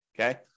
okay